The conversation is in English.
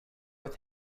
with